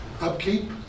upkeep